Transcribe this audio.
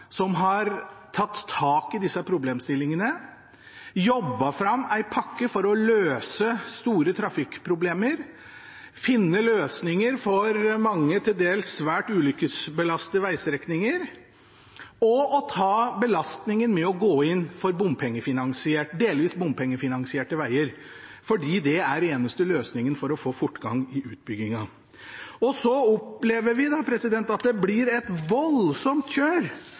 som har tatt tak i disse problemstillingene, jobbet fram en pakke for å løse store trafikkproblemer, funnet løsninger for mange til dels svært ulykkesbelastede veistrekninger og tatt belastningen med å gå inn for delvis bompengefinansierte veier fordi det er den eneste løsningen for å få fortgang i utbyggingen. Så opplever vi at det blir et voldsomt kjør